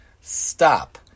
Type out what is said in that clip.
stop